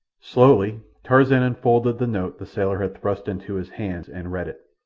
slowly tarzan unfolded the note the sailor had thrust into his hand, and read it.